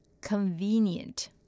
convenient